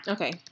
Okay